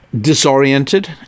disoriented